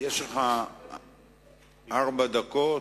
יש לך ארבע דקות,